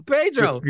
Pedro